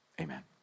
Amen